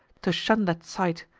to shun that sight,